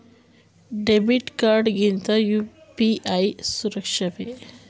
Debit card ಗಿಂತ UPI ಸುರಕ್ಷಿತವೇ?